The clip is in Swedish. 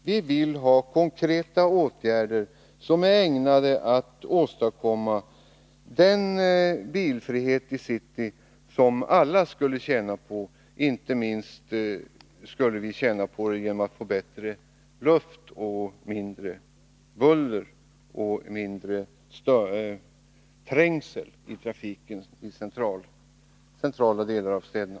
Vi vill ha konkreta åtgärder, som är ägnade att åstadkomma den bilfrihet i city som alla skulle tjäna på, inte minst genom att vi skulle få bättre luft, mindre buller och mindre trängsel i trafiken i centrala delar av städerna.